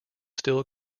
still